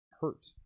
hurt